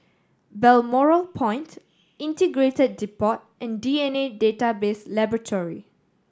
Balmoral Point Integrated Depot and D N A Database Laboratory